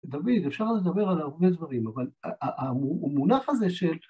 דוד, אפשר לדבר על הרבה דברים, אבל המונח הזה של...